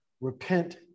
Repent